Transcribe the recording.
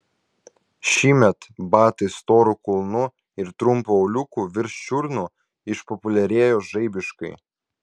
šįmet batai storu kulnu ir trumpu auliuku virš čiurnų išpopuliarėjo žaibiškai